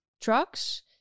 trucks